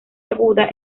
aguda